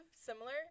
similar